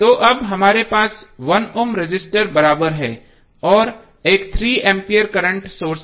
तो अब हमारे पास 1 ओम रजिस्टर बराबर है और एक 3 एम्पीयर करंट सोर्स हैं